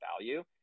value